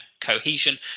cohesion